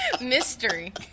Mystery